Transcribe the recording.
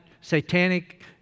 satanic